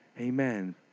Amen